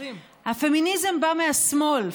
הפמיניזם בא מהשמאל.